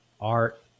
art